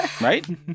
Right